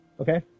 Okay